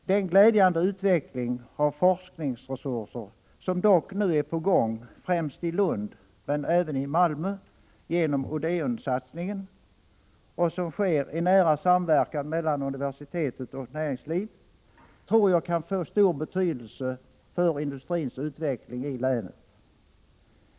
Den glädjande utveckling av forskningsresurser som dock nu är på gång, i fträmst Lund men även i Malmö genom IDEON-satsningen, och som sker i nära samverkan mellan universitet och näringsliv tror jag får stor betydelse för industrins utveckling i länet.